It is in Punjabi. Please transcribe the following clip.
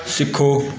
ਸਿੱਖੋ